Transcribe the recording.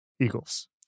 Eagles